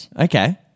Okay